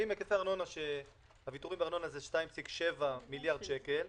אם הוויתורים בארנונה הם 2.7 מיליארד שקל,